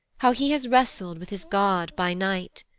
how he has wrestled with his god by night.